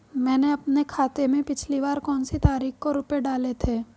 मैंने अपने खाते में पिछली बार कौनसी तारीख को रुपये डाले थे?